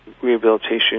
rehabilitation